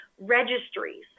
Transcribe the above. registries